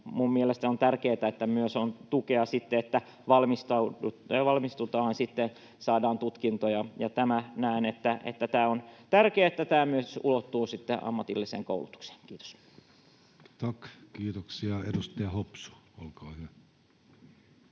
mielestäni on tärkeätä, että myös on tukea, että valmistutaan, saadaan tutkinto. Näen, että on tärkeää, että tämä myös ulottuu ammatilliseen koulutukseen. — Kiitos. [Speech 187] Speaker: